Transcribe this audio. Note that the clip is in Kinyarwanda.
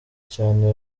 cyane